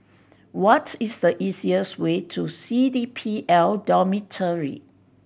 what is the easiest way to C D P L Dormitory